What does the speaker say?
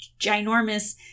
ginormous